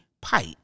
pipe